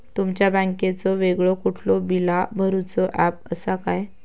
तुमच्या बँकेचो वेगळो कुठलो बिला भरूचो ऍप असा काय?